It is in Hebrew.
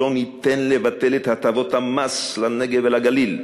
לא ניתן לבטל את הטבות המס לנגב ולגליל.